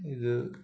ഇത്